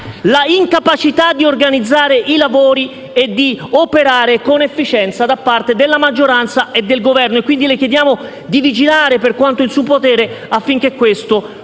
l'incapacità di organizzare i lavori e di operare con efficienza da parte della maggioranza e del Governo. Quindi, le chiediamo di vigilare, per quanto in suo potere, affinché questo